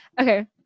Okay